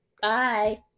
bye